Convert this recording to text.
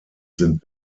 sind